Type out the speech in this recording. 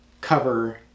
cover